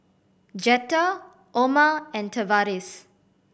Jetta Oma and Tavaris